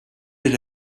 did